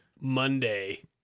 Monday